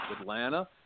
Atlanta